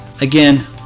Again